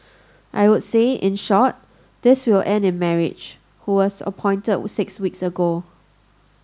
I would say in short this will end in marriage who was appointed six weeks ago